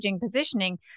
positioning